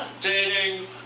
dating